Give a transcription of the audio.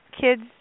kids